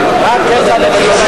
31 בעד,